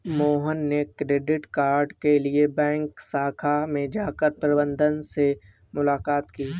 मोहन ने credit card के लिए बैंक शाखा में जाकर प्रबंधक से मुलाक़ात की